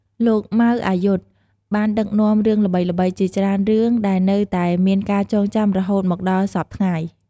លោក ម៉ៅ អាយុទ្ធ បានដឹកនាំរឿងល្បីៗជាច្រើនរឿងដែលនៅតែមានការចងចាំរហូតមកដល់សព្វថ្ងៃ។